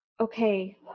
okay